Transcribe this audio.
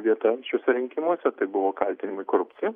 vieta rinkimuose tai buvo kaltinimai korupcija